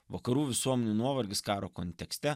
vakarų visuomenių nuovargis karo kontekste